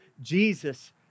Jesus